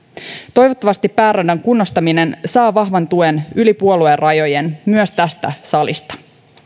toivottavasti pääradan kunnostaminen saa vahvan tuen yli puoluerajojen myös tästä salista